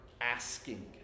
asking